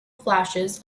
flashes